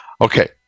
Okay